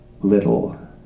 little